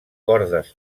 cordes